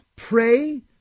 Pray